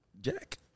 Jack